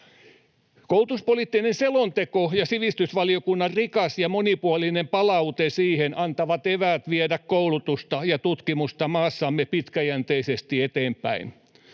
Koulutuspoliittinen selonteko ja sivistysvaliokunnan rikas ja monipuolinen palaute siihen antavat eväät viedä koulutusta ja tutkimusta maassamme pitkäjänteisesti eteenpäin.